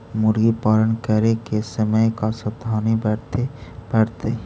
मुर्गी पालन करे के समय का सावधानी वर्तें पड़तई?